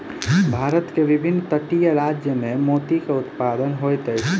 भारत के विभिन्न तटीय राज्य में मोती के उत्पादन होइत अछि